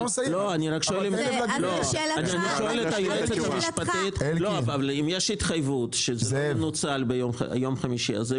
אני שואל את היועצת המשפטית אם יש התחייבות שזה ינוצל ביום חמישי.